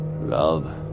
Love